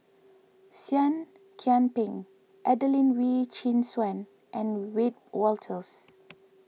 Seah Kian Peng Adelene Wee Chin Suan and Wiebe Wolters